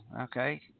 okay